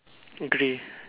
grey